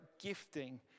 gifting